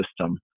system